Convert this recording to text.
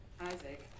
Isaac